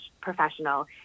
professional